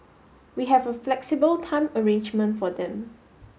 we have a flexible time arrangement for them